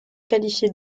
qualifiée